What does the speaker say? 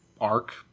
arc